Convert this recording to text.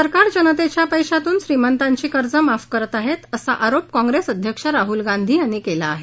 सरकार जनतेच्या पैशातून श्रीमंतांची कर्ज माफ करीत आहे असा आरोप काँप्रेस अध्यक्ष राहूल गांधी यांनी केला आहे